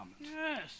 Yes